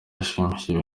yashimishije